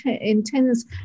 intends